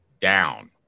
down